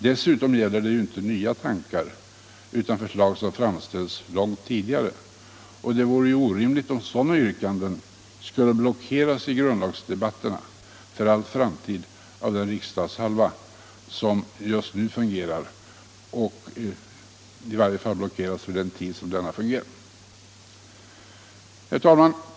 Dessutom gäller det ju inte nya tankar utan förslag som framförts långt tidigare, och det vore ju orimligt om sådana yrkanden skulle blockeras i grundlagsdebatterna för all framtid av den riksdagshalva som just nu fungerar, eller i varje fall blockeras under den tid denna fungerar. Herr talman!